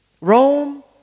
Rome